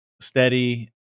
steady